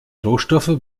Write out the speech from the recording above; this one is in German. rohstoffe